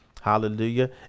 Hallelujah